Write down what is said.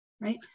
Right